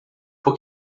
por